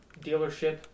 dealership